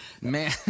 Man